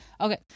Okay